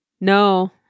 No